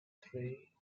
three